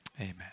Amen